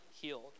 healed